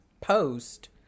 post